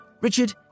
Richard